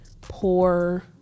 poor